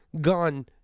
gone